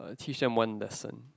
teach them one lesson